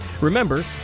Remember